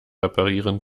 reparieren